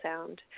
sound